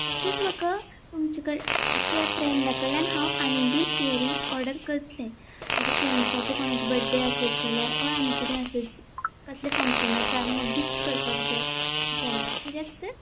तशीच म्हाका तुमचे कडेन त्या फ्रेंडा कडल्यान हांव आनी बीन इयरिंग्स ऑर्डर करतले म्हजे फ्रेंड्साचो कोणाचो बर्थडे आसत जाल्यार हो आनी किदें आसत कसले फंक्शन आसा आनी म्हाका गिफ्ट करपाक जाय जाल्यार किद्याक तर